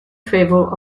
favor